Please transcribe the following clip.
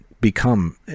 become